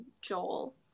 Joel